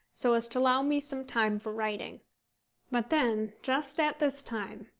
so as to allow me some time for writing but then, just at this time,